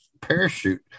parachute